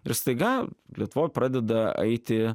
ir staiga lietuvoj pradeda eiti